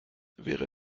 wäre